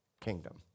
kingdom